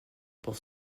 pour